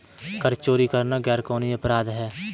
कर चोरी करना गैरकानूनी अपराध है